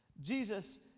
Jesus